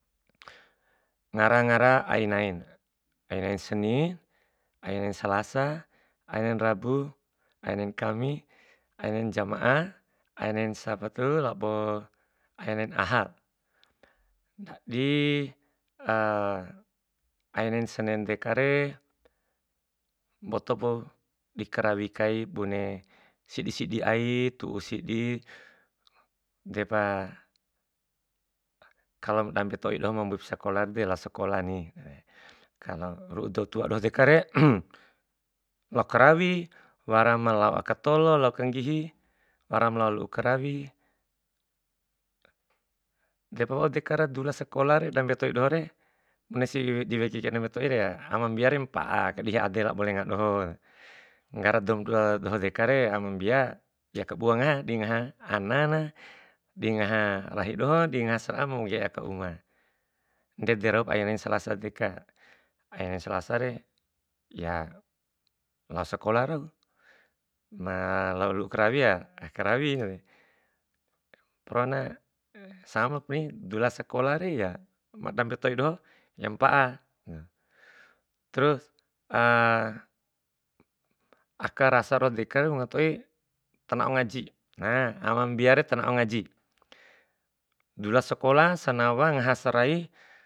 Ngara ngara ain nain, ai nain seni, ai nain ralasa, ainain rabu, ainain kami, ainain jama'a, ainain sabatu, ainain aha. Ndadi ainain senen dekare mbotopu di karawi kai, bune sidi sidi ai tu'u sidi, depa kalo ma dambe to'i doho ma buipu sekola lao sekola ni. ru'u dou tua doho dekare, lao karawi, wara ma lao aka tolo, lao kandihi, wara ma lao lu'u karawi. Depa wau dekara dula sekolare dambe toi dohore, bunesi diweki kai dambe toi re, ama mbia mpa'a labo lenga doho. Nggara doum doho dekare amam mbia ya kabua ngaha, dingaha anana, dingaha rahi dohon, dingaha sara'a mangge'e aka uma. Ndede rau pa ainain selasa deka, ainain selasa re, ya lao sekola rau, na lu'u karawi ya, karawi. Porona samapani, dula sekolah re ya, ma dambe toi doho ya mpa'a. Terus aka rasa ro dekare, dambe toi tanao ngaji, na ama mbiare ta nao ngaji, dula sekola senawa tanao serai.